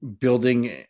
building